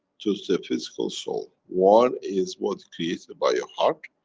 to the physical soul. one is what created by your heart,